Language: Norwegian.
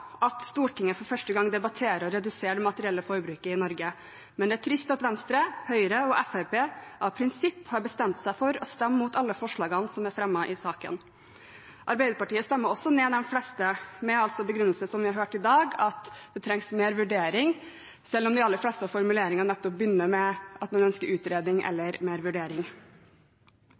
at Stortinget for første gang debatterer å redusere det materielle forbruket i Norge, men det er trist at Venstre, Høyre og Fremskrittspartiet av prinsipp har bestemt seg for å stemme imot alle forslagene som er fremmet i saken. Arbeiderpartiet stemmer også ned de fleste med den begrunnelse, som vi har hørt i dag, at det trengs mer vurdering, selv om de aller fleste av formuleringene nettopp begynner med at man ønsker utredning eller mer vurdering.